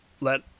let